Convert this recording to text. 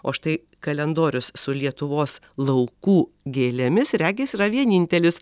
o štai kalendorius su lietuvos laukų gėlėmis regis yra vienintelis